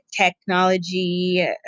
technology